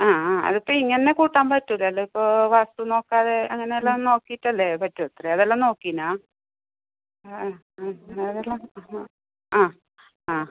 ആ ആ അതിപ്പോൾ ഇങ്ങനെ കൂട്ടാൻ പറ്റില്ലല്ലൊ ഇപ്പോൾ വസ്തു നോക്കാതെ അങ്ങനെയെല്ലാം നോക്കിയിട്ടല്ലേ പറ്റൂ ഇത് അതെല്ലാം നോക്കിയിനോ ആ ആ ആ